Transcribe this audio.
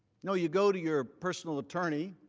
you know you go to your personal attorney,